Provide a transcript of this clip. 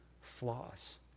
flaws